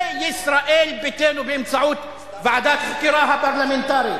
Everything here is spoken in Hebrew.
וישראל ביתנו באמצעות ועדת החקירה הפרלמנטרית.